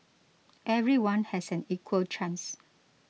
everyone has an equal chance